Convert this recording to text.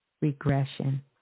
regression